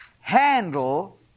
handle